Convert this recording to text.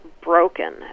broken